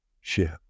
ship